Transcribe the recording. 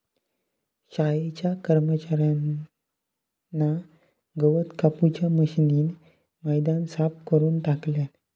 शाळेच्या कर्मच्यार्यान गवत कापूच्या मशीनीन मैदान साफ करून टाकल्यान